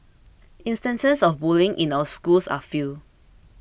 instances of bullying in our schools are few